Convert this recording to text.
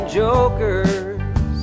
jokers